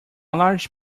large